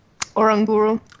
Oranguru